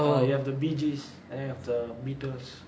err you have the beegees and then you have the beatles